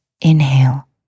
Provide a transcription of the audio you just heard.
Inhale